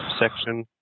section